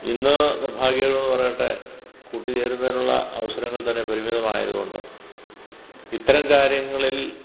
ഇന്ന് നിര്ഭാഗ്യകരമെന്ന് പറയട്ടെ കൂട്ടുചേരുന്നതിനുള്ള അവസരങ്ങൾ തന്നെ പരിമിതമായതുകൊണ്ട് ഇത്തരം കാര്യങ്ങളിൽ